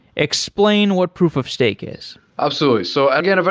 explain what proof of stake is absolutely. so again, but